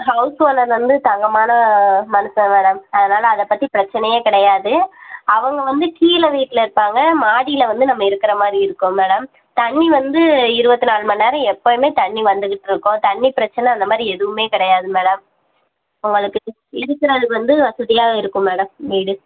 house owner வந்து தங்கமான மனுஷன் மேடம் அதனாலே அதை பற்றி பிரச்சினையே கிடையாது அவங்க வந்து கீழே வீட்டில் இருப்பாங்க மாடியில் வந்து நம்ம இருக்கிற மாதிரி இருக்கும் மேடம் தண்ணி வந்து இருபத்து நாலுமணிநேரம் எப்போயுமே தண்ணி வந்துக்கிட்டிருக்கும் தண்ணி பிரச்சனை அந்தமாதிரி எதுவும் கிடையாது மேடம் உங்களுக்கு இருக்கிறதுக்கு வந்து வசதியாக இருக்கும் மேடம் வீடு